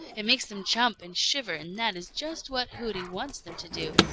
it makes them jump and shiver, and that is just what hooty wants them to do,